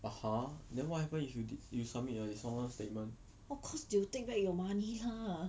(uh huh) then what happen if you did you submit a dishonest statement